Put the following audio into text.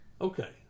Okay